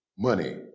Money